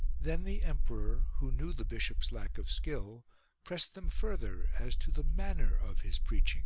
then the emperor who knew the bishop's lack of skill pressed them further as to the manner of his preaching